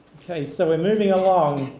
okay, so we're moving along.